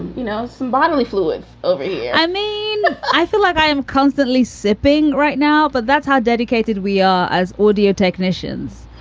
you know, some bodily fluids over here yeah i mean, i feel like i am constantly sipping right now, but that's how dedicated we are as audio technicians,